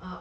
uh